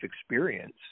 experience